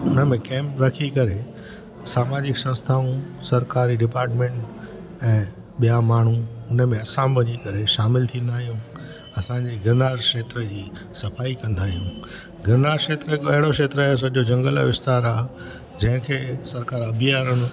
हुनमें कॅम्प रखी करे सामाजिक संस्थाऊं सरकारी डिपार्टमेंट ऐं ॿिया माण्हू उनमें असां बि वञी करे शामिलु थींदा आहियूं असांजे गिरनार क्षेत्र जी सफाई कंदायूं गिरनार क्षेत्र हिकु अहिड़ो क्षेत्र आहे सॼो जंगल जो विस्तार आहे जंहिंखे सरकार अभ्यारण्य